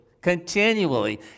continually